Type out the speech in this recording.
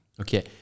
Okay